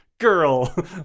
girl